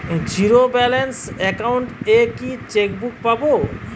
Zero balance account এ কি chequebook পাব?